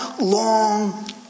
long